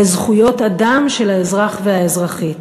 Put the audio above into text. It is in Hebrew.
לזכויות אדם של האזרח והאזרחית.